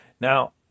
Now